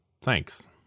thanks